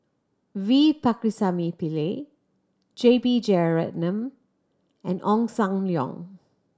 V Pakirisamy Pillai J B Jeyaretnam and Ong Sam Leong